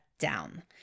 Down